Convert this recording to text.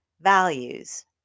values